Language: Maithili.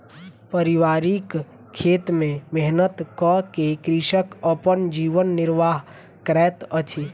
पारिवारिक खेत में मेहनत कअ के कृषक अपन जीवन निर्वाह करैत अछि